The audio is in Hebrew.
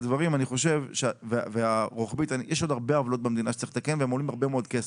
יש עוד הרבה עוולות במדינה שצריך לתקן והם עולים הרבה מאוד כסף.